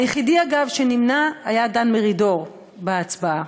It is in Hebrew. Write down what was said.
אגב, היחיד שנמנע בהצבעה